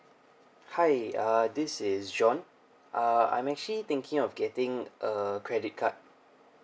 hi uh this is john uh I'm actually thinking of getting a credit card